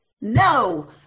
No